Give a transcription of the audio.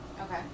Okay